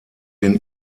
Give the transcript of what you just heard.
den